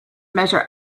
measure